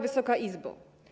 Wysoka Izbo!